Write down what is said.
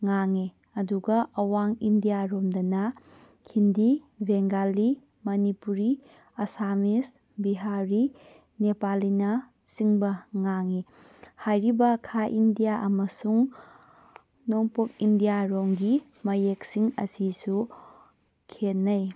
ꯉꯥꯡꯉꯤ ꯑꯗꯨꯒ ꯑꯋꯥꯡ ꯏꯟꯗꯤꯌꯥꯔꯣꯝꯗꯅ ꯍꯤꯟꯗꯤ ꯕꯦꯡꯒꯥꯂꯤ ꯃꯅꯤꯄꯨꯔꯤ ꯑꯁꯥꯃꯤꯁ ꯕꯤꯍꯥꯔꯤ ꯅꯦꯄꯥꯂꯤꯅꯆꯤꯡꯕ ꯉꯥꯡꯉꯤ ꯍꯥꯏꯔꯤꯕ ꯈꯥ ꯏꯟꯗꯤꯌꯥ ꯑꯃꯁꯨꯡ ꯅꯣꯡꯄꯣꯛ ꯏꯟꯗꯤꯌꯥꯔꯣꯜꯒꯤ ꯃꯌꯦꯛꯁꯤꯡ ꯑꯁꯤꯁꯨ ꯈꯦꯠꯅꯩ